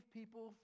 people